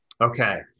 Okay